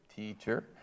teacher